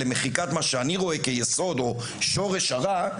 למחיקת מה שאני רואה כיסוד או שורש הרע,